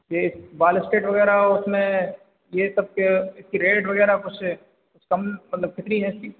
यह बाल स्ट्रेट वगैरह उसमें यह सब क्या इसकी रेट वगैरह कुछ कम मतलब कितनी रहती है